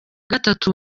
gatatu